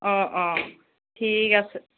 অঁ অঁ ঠিক আছে